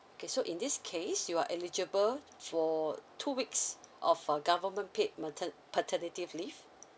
okay so in this case you are eligible for two weeks of uh government paid mater~ paternity leave